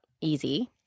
easy